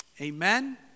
Amen